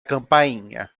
campainha